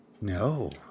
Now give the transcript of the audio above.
No